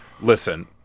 Listen